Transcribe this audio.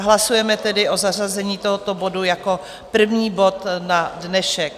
Hlasujeme tedy o zařazení tohoto bodu jako prvního bodu na dnešek.